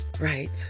right